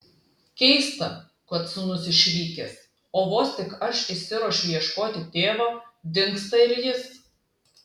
keista kad sūnus išvykęs o vos tik aš išsiruošiu ieškoti tėvo dingsta ir jis